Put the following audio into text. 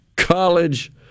College